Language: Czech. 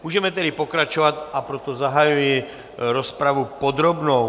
Můžeme tedy pokračovat, a proto zahajuji rozpravu podrobnou.